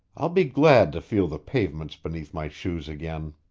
i'll be glad to feel the pavements beneath my shoes again.